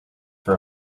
for